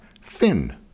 fin